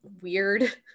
weird